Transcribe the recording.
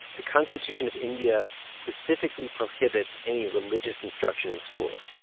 the constitution of india specifically prohibits any religious instruction in schools.